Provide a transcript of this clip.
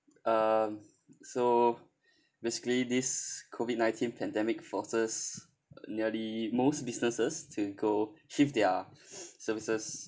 um so basically this COVID nineteen pandemic forces nearly most businesses to go shift their services